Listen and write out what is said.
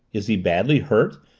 is he badly hurt?